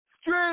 Street